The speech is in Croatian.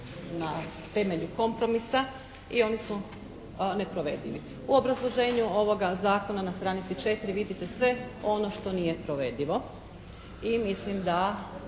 na temelju kompromisa i oni su neprovedivi. U obrazloženju ovoga zakona na stranici četiri vidite sve ono što nije provedivo i mislim da